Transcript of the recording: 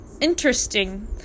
interesting